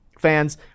Fans